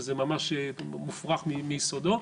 שזה ממש מופרך מיסודו.